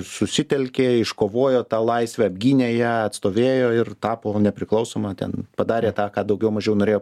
susitelkė iškovojo tą laisvę apgynė ją atstovėjo ir tapo nepriklausoma ten padarė tą ką daugiau mažiau norėjo